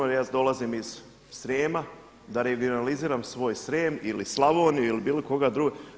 Ja dolazim iz Srijema, da regionaliziram svoj Srijem ili Slavoniju ili bilo koga drugog.